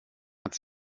hat